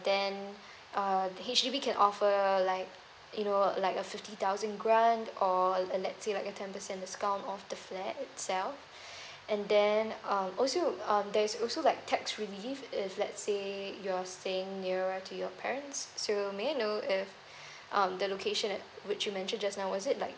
then uh H_D_B can offer like you know like a fifty thousand grant or let's say like a ten percent discount off the flat itself and then um also um there's also like tax relieve if let's say you're staying nearer to your parents so may I know if um the location at which you mention just now was it like